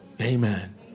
Amen